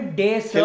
days